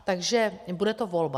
Takže bude to volba.